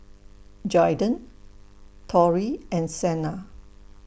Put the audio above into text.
Jaiden Torrie and Sena